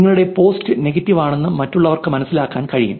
നിങ്ങളുടെ post negative ആണെന്ന് മറ്റുള്ളവർക്ക് മനസ്സിലാക്കാൻ കഴിയും